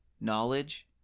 knowledge